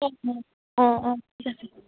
অঁ অঁ ঠিক আছে